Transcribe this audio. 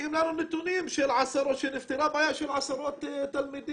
מביאים לנו נתונים שנפתרה הבעיה של עשרות תלמידים.